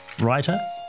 writer